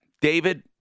David